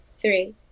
Three